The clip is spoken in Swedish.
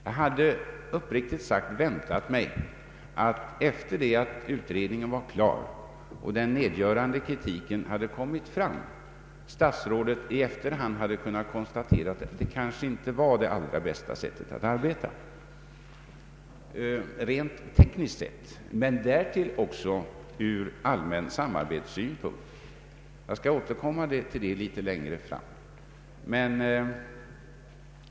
Jag hade uppriktigt sagt väntat mig att statsrådet efter att utredningen blivit klar och den nedgörande kritiken kommit fram i efterhand hade kunnat konstatera att detta kanske inte var det allra bästa sättet att arbeta rent tekniskt sett, men därill också ur allmän samarbetssynpunkt. Jag skall återkomma till detta litet längre fram.